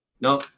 No